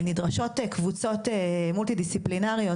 נדרשות קבוצות מולטי דיסציפלינאריות,